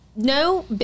No